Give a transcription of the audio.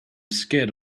scared